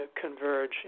converge